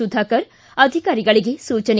ಸುಧಾಕರ್ ಅಧಿಕಾರಿಗಳಿಗೆ ಸೂಚನೆ